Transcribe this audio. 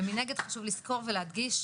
ומנגד חשוב לזכור ולהדגיש,